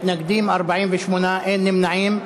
מתנגדים, 48, אין נמנעים.